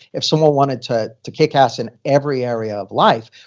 if someone wanted to to kick ass in every area of life,